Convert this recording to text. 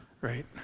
right